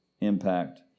impact